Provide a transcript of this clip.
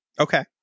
Okay